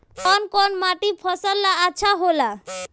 कौन कौनमाटी फसल ला अच्छा होला?